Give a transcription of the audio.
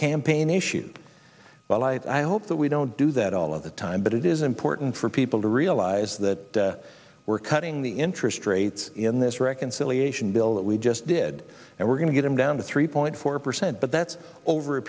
campaign issue but i hope that we don't do that all of the time but it is important for people to realize that we're cutting the interest rates in this reconciliation bill that we just did and we're going to get him down to three point four percent but that's over a